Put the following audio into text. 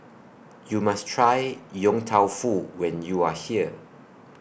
YOU must Try Yong Tau Foo when YOU Are here